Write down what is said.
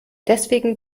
deswegen